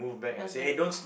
what's the link